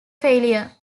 failure